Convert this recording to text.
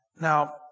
Now